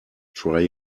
try